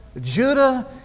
Judah